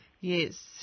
Yes